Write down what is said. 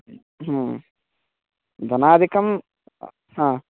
ह्म् धनादिकं हा